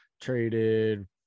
traded